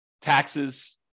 taxes